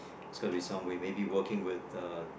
it's gotta be some way maybe working with uh